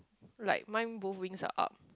like mine both wings are up